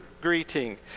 greeting